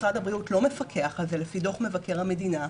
משרד הבריאות לא מפקח על זה לפי דו"ח מבקר המדינה,